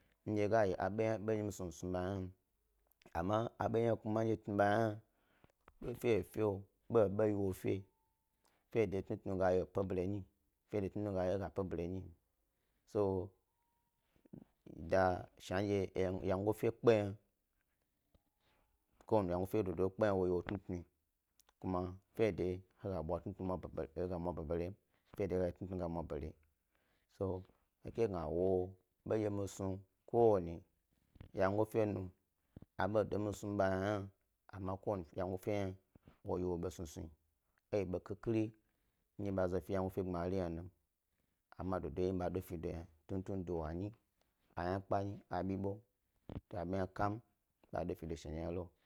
Ndye mi ga yi ɓe ndye miss nu mi snu be yna amma abo kuma he tnu be ye hna tnu fefefe ɓoɓoɓo ye wo fe fe de tnu tnu ga yeyo epe bare nyi fede tnutnu e ga yeyo wop e bare nyim so dna sha adye wyengo fe kpe yna, ko wari wyengo dododo kpe hna, wo yi wo tnutnuyi, ko ma fede he ga bwa tnutnu e mwabarem, fe de tnu tnu ga mwabare, so he ke gna he wo ɓendye mi snu ko wani wyere yna nu, abedo mi snu ɓa yna hnan, amma ko wanin wyegofe woyi wo basnusnu, eyi abe khikhiri ndye ba zo fe wyegofe gbmari yna num. amma a dodo yewo ndye ba ɗofedo yna tuntun ɗɓo’a’a nyi, ayna kpa ɓe, abi ɓo, a ɓe hna kam ɓa do fedo.